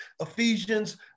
Ephesians